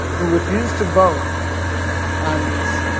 who refuse to vote on this,